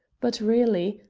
but really,